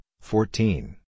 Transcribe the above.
fourteen